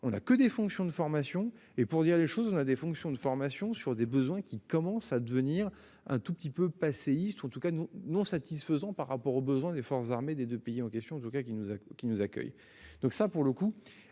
On a que des fonctions de formation et pour dire les choses, on a des fonctions de formation sur des besoins qui commence à devenir un tout petit peu passéistes ou en tout cas nous non satisfaisant par rapport aux besoins des forces armées des 2 pays en question je cas qui nous a qui nous accueille donc ça pour le coup